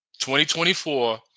2024